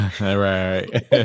right